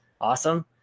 awesome